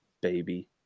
baby